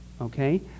okay